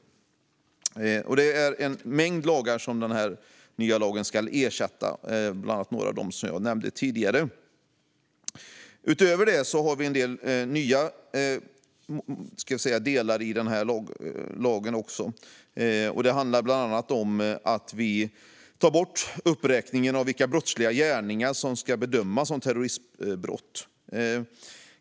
Det är en mängd lagar som den nya lagen ska ersätta, bland annat några av dem som jag nämnde tidigare. Utöver det har vi en del nya delar i lagen. Det handlar bland annat om att vi tar bort uppräkningen av vilka brottsliga gärningar som ska bedömas som terroristbrott.